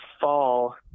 fall